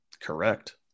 Correct